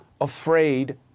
afraid